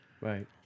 Right